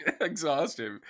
Exhaustive